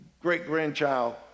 great-grandchild